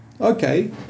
Okay